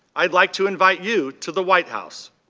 i'd like to invite you to the white house.